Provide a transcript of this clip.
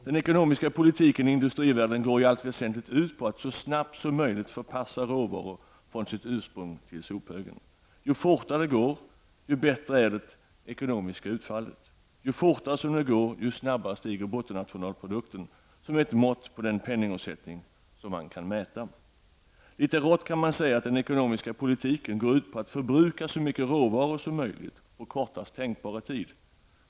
Den ekonomiska politiken i industrivärlden går i allt väsentligt ut på att så snabbt som möjligt förpassa råvaror från sitt ursprung till sophögen. Ju fortare det går, dess bättre är det ekonomiska utfallet. Ju fortare det går dess snabbare stiger bruttonationalprodukten, som är ett mått på den penningomsättning som man kan mäta. Litet rått kan man säga att den ekonomiska politiken går ut på att förbruka så mycket råvaror som möjligt på kortaste tänkbara tid.